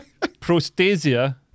Prostasia